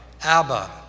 Abba